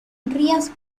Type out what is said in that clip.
rías